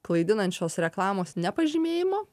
klaidinančios reklamos nepažymėjimo